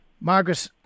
Margaret